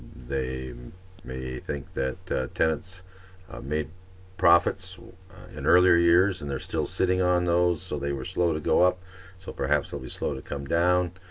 they may think that tenants made profits in earlier years and they're still sitting on those, so they were slow to go up so perhaps will be slow to come down.